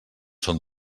són